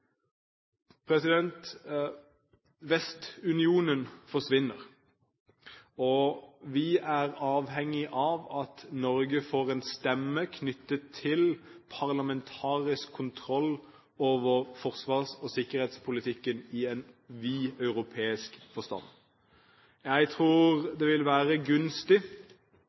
Vestunionen forsvinner. Vi er avhengig av at Norge får en stemme knyttet til parlamentarisk kontroll over forsvars- og sikkerhetspolitikken i en vid europeisk forstand. Jeg tror det vil være gunstig